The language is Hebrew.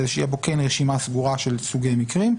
אלא שתהיה פה רשימה סגורה של סוגי מקרים,